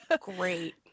Great